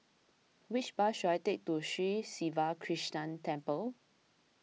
which bus should I take to Sri Siva Krishna Temple